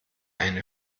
eine